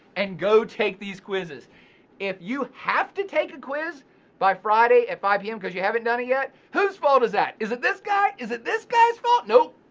and go take these quizzes if you have to take a quiz by friday at five pm cuz you haven't done it yet, who's fault is that? is it this guy? is it this guy's fault? nope,